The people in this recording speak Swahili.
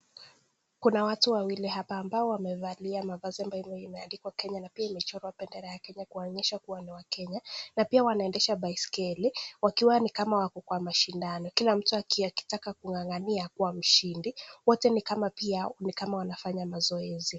Hapa kuna watu wawili ambao wamevalia mavazi yalioandikwa Kenya na pia yamechorwa bendera ya Kenya kuonyesha kuwa ni wakenya na pia wanendesha baiskeli wakiwa ni kama wako kwenye mashindano, kila mtu akitaka kung'ang'ania kuwa mshindi. Wote pia ni kama wanafanya mazoezi.